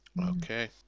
Okay